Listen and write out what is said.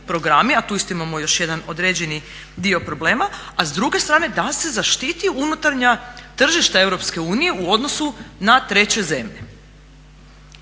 programi, a tu isto imamo još jedan određeni dio problema, a s druge strane da se zaštiti unutarnja tržišta Europske unije u odnosu na treće zemlje.